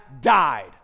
died